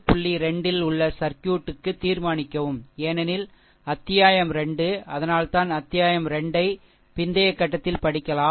2 இல் உள்ள ஒரு சர்க்யூட்க்குதீர்மானிக்கவும் ஏனெனில் அத்தியாயம் 2 அதனால்தான் அத்தியாயம் 2 ஐ பிந்தைய கட்டத்தில் படிக்கலாம்